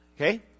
Okay